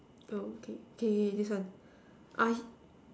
oh okay this one I